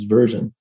Version